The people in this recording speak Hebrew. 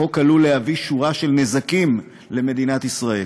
החוק עלול להביא שורה של נזקים למדינת ישראל.